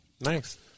Nice